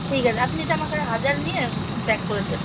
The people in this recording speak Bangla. ঠিক আছে আপনি এটা আমাকে হাজার নিয়ে প্যাক করে দিবেন